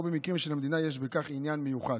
או במקרים שלמדינה יש בכך עניין מיוחד.